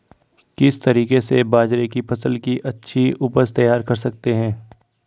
किस तरीके से बाजरे की फसल की अच्छी उपज तैयार कर सकते हैं?